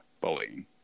bullying